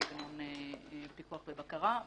ערבבת שני דברים.